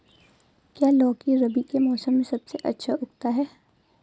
क्या लौकी रबी के मौसम में सबसे अच्छा उगता है?